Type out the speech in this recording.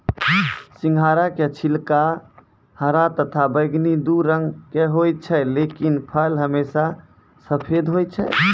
सिंघाड़ा के छिलका हरा तथा बैगनी दू रंग के होय छै लेकिन फल हमेशा सफेद होय छै